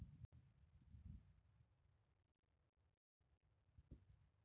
मले माह्या खात्यातून लागलीच पैसे पाठवाचे असल्यास कसे पाठोता यीन?